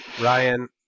ryan